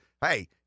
hey